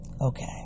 Okay